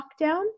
lockdown